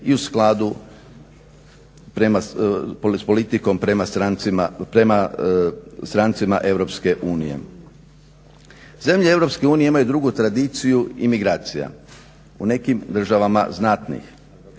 i u skladu s politikom prema strancima EU. Zemlje EU imaju drugu tradiciju imigracija. U nekim državama znatnih.